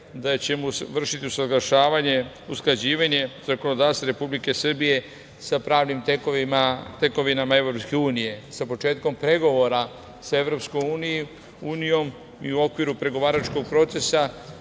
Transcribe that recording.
usaglašavanje, usklađivanje zakonodavstva Republike Srbije sa pravnim tekovinama Evropske unije, sa početkom pregovora sa Evropskom unijom. U okviru pregovaračkog procesa